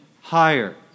higher